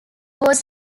was